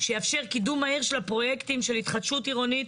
שיאפשר קידום מהיר של הפרוייקטים של התחדשות עירונית,